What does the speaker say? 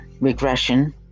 regression